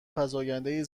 فزاینده